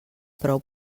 prou